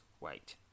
Wait